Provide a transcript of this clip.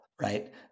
right